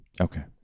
Okay